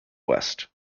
west